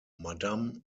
madame